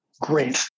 Great